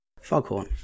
Foghorn